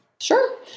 Sure